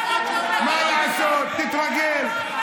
איפה אילת שקד?